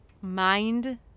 Mind